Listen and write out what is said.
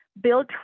build